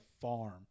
farm